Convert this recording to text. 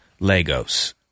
Legos